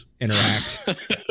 interact